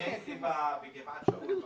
הייתי בגבעת שאול במשרדים.